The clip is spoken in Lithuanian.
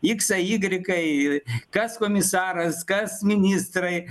iksai ygrikai kas komisaras kas ministrai